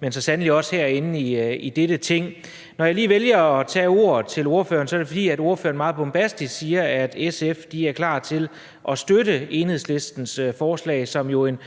men så sandelig også herinde i dette Ting. Når jeg lige vælger at tage ordet over for ordføreren, er det, fordi ordføreren meget bombastisk siger, at SF er klar til at støtte Enhedslistens forslag, som jo en